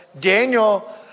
Daniel